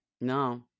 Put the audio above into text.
No